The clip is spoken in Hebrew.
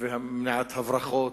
ומניעת הברחות.